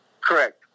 Correct